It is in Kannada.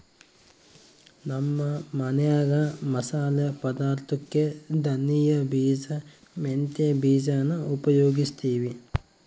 ನಮ್ಮ ಮನ್ಯಾಗ ಮಸಾಲೆ ಪದಾರ್ಥುಕ್ಕೆ ಧನಿಯ ಬೀಜ, ಮೆಂತ್ಯ ಬೀಜಾನ ಉಪಯೋಗಿಸ್ತೀವಿ